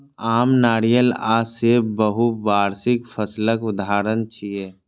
आम, नारियल आ सेब बहुवार्षिक फसलक उदाहरण छियै